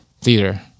theater